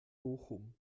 bochum